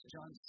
John